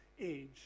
age